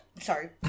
Sorry